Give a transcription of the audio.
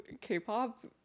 K-pop